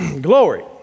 Glory